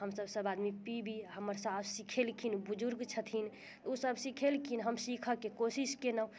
हमसब सब आदमी पीबी हमर साउस सीखेलखिन बुजुर्ग छथिन ओ सब सीखेलखिन हम सीखऽ के कोशिश कयलहुँ